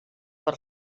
per